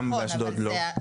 אז למה באשדוד לא?